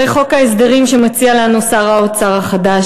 הרי חוק ההסדרים שמציע לנו שר האוצר החדש,